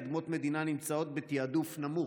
אדמות מדינה נמצאות בתיעדוף נמוך?